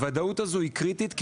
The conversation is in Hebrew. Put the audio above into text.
הוודאות הזו היא קריטית,